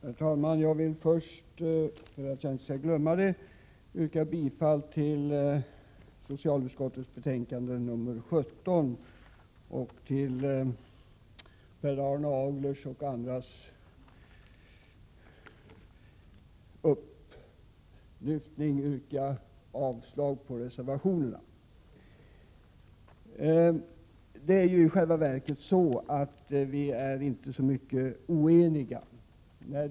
Herr talman! Jag vill först yrka bifall till socialutskottets betänkande 17, och till Per Arne Aglerts och andras upplyftande yrka avslag på reservationerna. I själva verket är vi inte så oeniga.